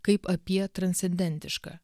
kaip apie transcendentišką